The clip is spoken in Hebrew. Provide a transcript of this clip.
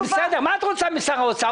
בסדר, מה את רוצה משר האוצר?